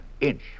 Inch